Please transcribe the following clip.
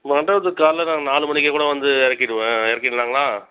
மண்டபத்துக்கு காலைல நான் நாலு மணிக்கே கூட வந்து இறக்கிடுவேன் இறக்கிடலாங்களா